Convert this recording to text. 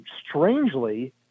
strangely